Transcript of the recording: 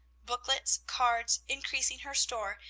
booklets, cards, increasing her store,